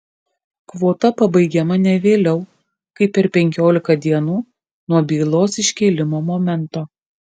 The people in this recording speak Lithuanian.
kvota pabaigiama ne vėliau kaip per penkiolika dienų nuo bylos iškėlimo momento